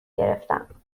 گرفتم